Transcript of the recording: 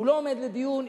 הוא לא עומד לדיון,